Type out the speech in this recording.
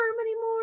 anymore